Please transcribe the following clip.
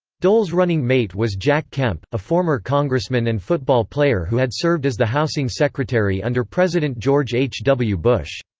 dole's running mate was jack kemp, a former congressman and football player who had served as the housing secretary under president george h. w. bush.